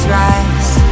rise